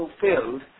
fulfilled